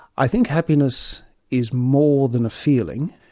i think happiness is more than a feeling,